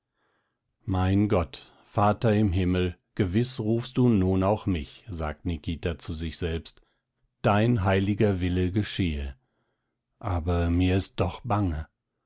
mein gott vater im himmel gewiß rufst du nun auch mich sagt nikita zu sich selbst dein heiliger wille geschehe aber mir ist doch bange